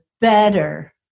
better